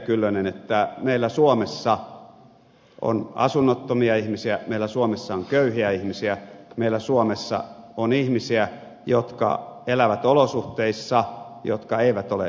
kyllönen että meillä suomessa on asunnottomia ihmisiä meillä suomessa on köyhiä ihmisiä meillä suomessa on ihmisiä jotka elävät olosuhteissa jotka eivät ole tyydyttäviä